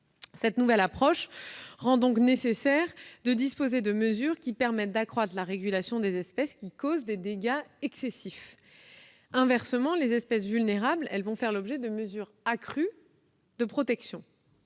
Cette nouvelle approche rend donc nécessaire de disposer de mesures permettant d'accroître la régulation des espèces qui causent des dégâts excessifs. Inversement, les espèces vulnérables vont faire l'objet de mesures accrues de protection.